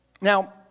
Now